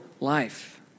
life